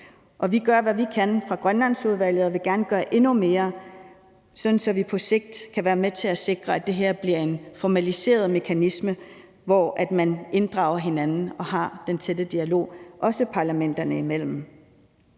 Vi gør, hvad vi kan fra Grønlandsudvalgets side, og vil vi gerne gøre endnu mere, sådan at vi på sigt kan være med til at sikre, at det her bliver en formaliseret mekanisme, hvor man inddrager hinanden og har den tætte dialog, også parlamenterne imellem.